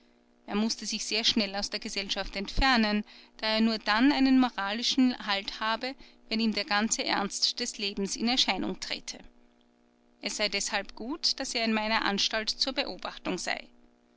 er mußte sich sehr schnell aus der gesellschaft entfernen da er nur dann einen moralischen lischen halt habe wenn ihm der ganze ernst des lebens in die erscheinung trete es sei deshalb gut daß er in meiner anstalt zur beobachtung sei